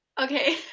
Okay